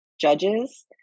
judges